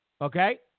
okay